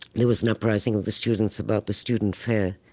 there was an uprising of the students about the student fare,